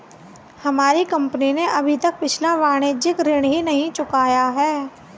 हमारी कंपनी ने अभी तक पिछला वाणिज्यिक ऋण ही नहीं चुकाया है